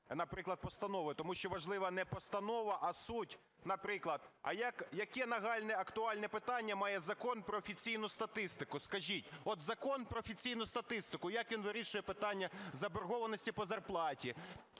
наприклад, постанови, тому що важлива не постанова, а суть. Наприклад, а яке нагальне, актуальне питання має Закон про офіційну статистику, скажіть? От, Закон про офіційну статистику, як він вирішує питання заборгованості по зарплаті,